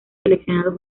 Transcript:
seleccionados